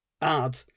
add